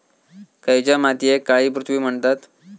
खयच्या मातीयेक काळी पृथ्वी म्हणतत?